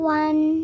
one